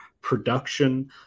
production